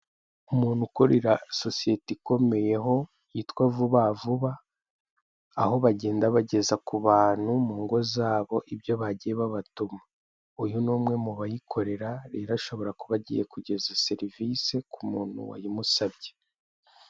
Umuntu ukorera isosiyete ikomeyeho yitwa vuba vuba, aho bagenda bageza ku bantu mu ngo zabo ibyo bagiye babatuma, uyu ni umwe mu bayikorera, rero ashobora kuba agiye kugeza serivise ku muntu wayimusabye.